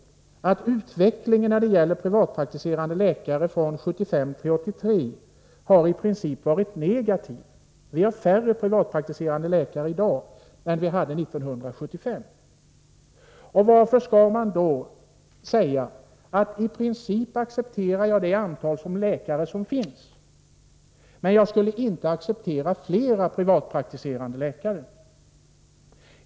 Utvecklingen har, när det gäller privatpraktiserande läkare, från 1975 till 1983 i princip varit negativ. Vi har färre privatpraktiserande läkare i dag än vi hade 1975. Varför skall man säga att man i princip accepterar det antal läkare som finns, men att man inte accepterar flera privatpraktiserande läkare?